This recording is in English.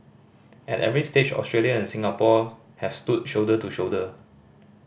at every stage Australia and Singapore have stood shoulder to shoulder